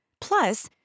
Plus